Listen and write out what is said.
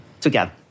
together